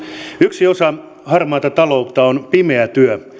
yksi osa harmaata taloutta on pimeä työ